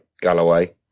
Galloway